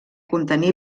contenir